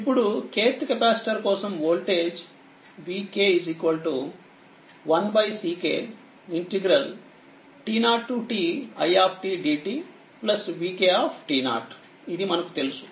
ఇప్పుడు kthకెపాసిటర్ కోసం వోల్టేజ్ vk1Ckt0ti dt vkఇది మనకు తెలుసు